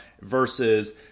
versus